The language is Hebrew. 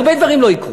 הרבה דברים לא יקרו.